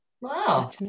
wow